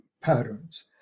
patterns